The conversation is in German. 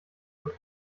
und